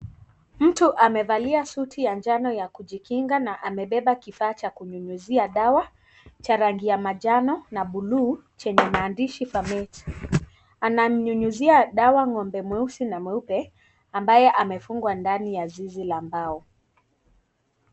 Mtu amevalia suti ya njano ya kujikinga na amebeba kifaa cha kunyunyuzia dawa cha rangi ya manjano na bluu chenye maandishi farmate anamnyunyuzia dawa ngombe mweusi na mweupe ambaye amefungwa ndani ya zizi la mbao.